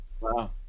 Wow